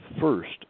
first